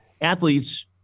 athletes